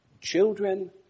children